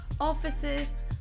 Offices